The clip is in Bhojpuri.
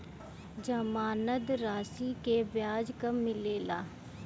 जमानद राशी के ब्याज कब मिले ला?